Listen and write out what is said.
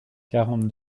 quarante